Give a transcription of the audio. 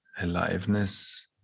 aliveness